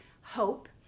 hope